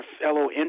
fellow